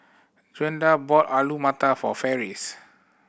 Gwenda bought Alu Matar for Ferris